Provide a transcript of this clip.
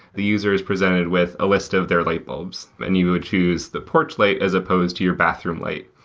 the user is presented with a list of their light bulbs, and you would choose the porch light as supposed to your bathroom light,